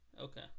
Okay